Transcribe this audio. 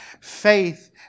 faith